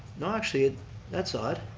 no actually, ah that's odd.